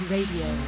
Radio